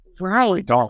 right